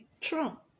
Trump